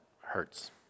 hurts